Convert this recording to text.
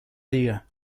liga